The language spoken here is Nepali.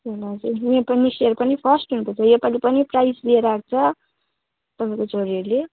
हजुर जुनै पनि पनि फर्स्ट हुन्छ त यो पालि पनि प्राइस लिएर आएको छ तपाईँको छोरीहरूले